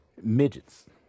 midgets